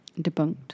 debunked